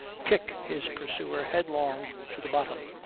kick his pursuer headlong to the bottom.